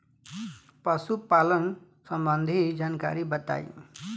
पशुपालन सबंधी जानकारी बताई?